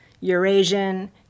Eurasian